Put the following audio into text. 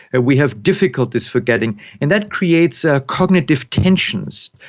and we have difficulties forgetting, and that creates ah cognitive tensions.